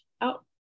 out